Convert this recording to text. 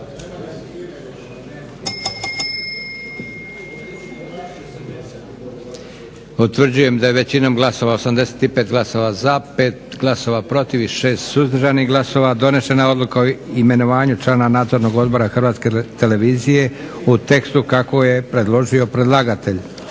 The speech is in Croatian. Utvrđujem da je većinom glasova 85 glasova za, 54 glasova protiv i 6 suzdržanih glasova donešena odluka o imenovanju člana Nadzornog odbora Hrvatske televizije u tekstu kako je predložio predlagatelj.